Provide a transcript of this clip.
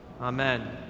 Amen